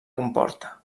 comporta